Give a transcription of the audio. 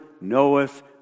knoweth